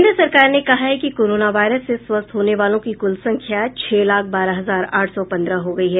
केन्द्र सरकार ने कहा है कि कोरोना वायरस से स्वस्थ होने वालों की क्ल संख्या छह लाख बारह हजार आठ सौ पंद्रह हो गई है